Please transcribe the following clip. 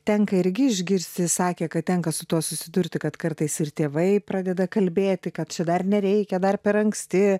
tenka irgi išgirsi sakė kad tenka su tuo susidurti kad kartais ir tėvai pradeda kalbėti kad čia dar nereikia dar per anksti